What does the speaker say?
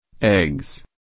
Eggs